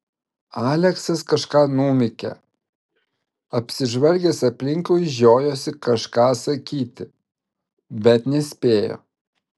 aleksas kažką numykė apsižvalgęs aplinkui žiojosi kažką sakyti bet nespėjo